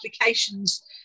applications